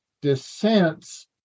dissents